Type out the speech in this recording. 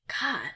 God